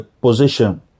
position